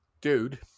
Dude